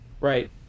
right